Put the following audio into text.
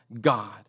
God